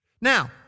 Now